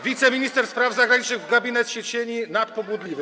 Wiceminister spraw zagranicznych w gabinecie cieni - nadpobudliwy.